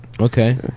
okay